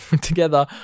together